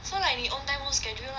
so like 你 own time own schedule lah